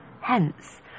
Hence